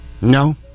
No